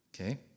Okay